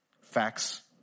Facts